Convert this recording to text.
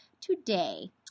today